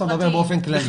אתה מדבר באופן כללי.